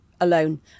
alone